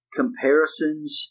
comparisons